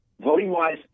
voting-wise